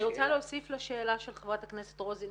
אני רוצה להוסיף לשאלה של חברת הכנסת רוזין,